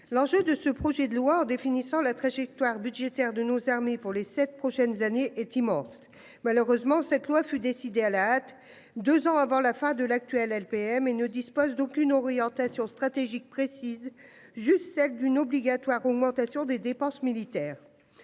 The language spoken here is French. L'enjeu de ce projet de loi définissant la trajectoire budgétaire de nos armées pour les 7 prochaines années est immense. Malheureusement cette loi fut décidé à la hâte 2 ans avant la fin de l'actuelle LPM et ne dispose d'aucune orientation stratégique précise juste celle d'une obligatoire, augmentation des dépenses militaires.